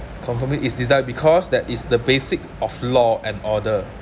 conforming is desired because that is the basic of law and order